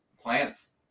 plant's